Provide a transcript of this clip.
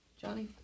Johnny